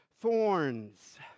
thorns